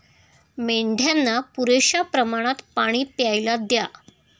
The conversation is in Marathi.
मेंढ्यांना पुरेशा प्रमाणात पाणी प्यायला द्या